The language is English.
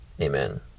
Amen